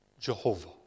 Jehovah